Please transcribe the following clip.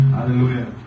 Hallelujah